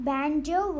Banjo